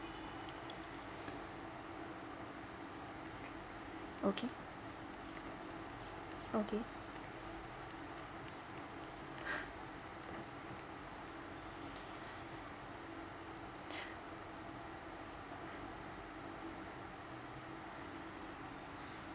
okay okay